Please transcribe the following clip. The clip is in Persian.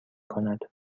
کند